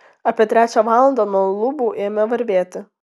apie trečią valandą nuo lubų ėmė varvėti